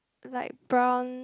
like brown